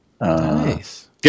Nice